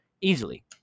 Easily